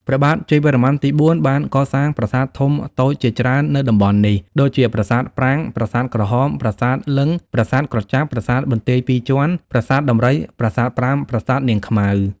ព្រះបាទជ័យវរ្ម័នទី ៤ បានកសាងប្រាសាទធំតួចជាច្រើននៅ តំបន់នេះ ដូចជាប្រាសាទប្រាង្គ ប្រាសាទក្រហម ប្រាសាទលិង្គ ប្រាសាទក្រចាប់ ប្រាសាទបន្ទាយពីរជាន់ ប្រាសាទដំរី ប្រាសាទប្រាំ ប្រាសាទនាងខ្មៅ ។